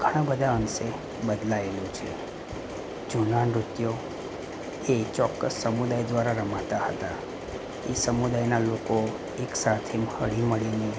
ઘણાબધા અંશે બદલાયેલું છે જૂના નૃત્યો એ ચોક્કસ સમુદાય દ્વારા રમાતા હતા એ સમુદાયનાં લોકો એકસાથે મ હળી મળીને